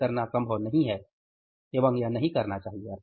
यह करना संभव नहीं है एवंग यह नहीं करना चाहिए